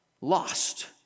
lost